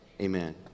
Amen